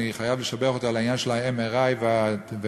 אני חייב לשבח אותו בעניין של ה-MRI וביטוח